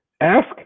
ask